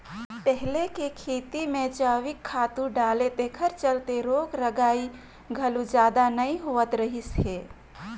पहिले के खेती में जइविक खातू डाले तेखर चलते रोग रगई घलो जादा नइ होत रहिस हे